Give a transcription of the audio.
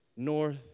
North